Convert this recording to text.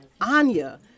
Anya